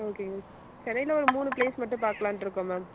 ஓகேங்க மேம் சென்னையில் ஒரு மூணு பிளேஸ் மட்டும் பாக்கலாம்ன்ட்டு இருக்கோம் மேம்